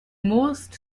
most